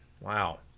Wow